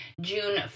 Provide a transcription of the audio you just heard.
June